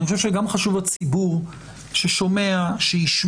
אני חושב שגם חשוב לציבור ששומע וישמע,